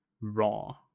raw